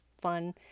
fun